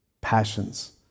passions